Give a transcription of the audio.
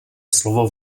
slovo